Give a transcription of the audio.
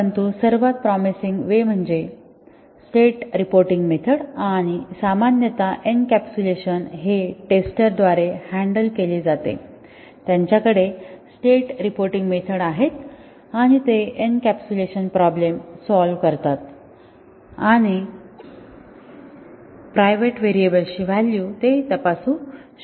परंतु सर्वात promising way म्हणजे स्टेट रिपोर्टिंग मेथड आणि सामान्यत एनकॅप्सुलेशन हे टेस्टर द्वारे हॅन्डल केले जाते त्यांच्याकडे स्टेट रिपोर्टिंग मेथड आहेत आणि ते एन्कॅप्सुलेशन प्रॉब्लेम सॉल्व करतात आणि प्रायव्हेट व्हेरिएबल्सची व्हॅल्यू ते तपासू शकतात